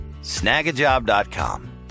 Snagajob.com